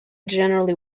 generally